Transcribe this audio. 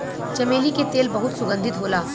चमेली के तेल बहुत सुगंधित होला